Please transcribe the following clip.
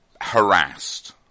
harassed